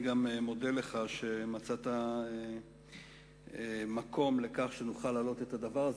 אני מודה לך שמצאת מקום לכך שנוכל להעלות את הדבר הזה,